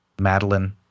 Madeline